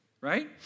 right